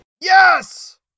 Yes